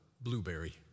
blueberry